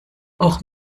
auch